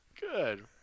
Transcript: Good